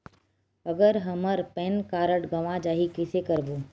अगर हमर pan card गवां जाही कइसे करबो?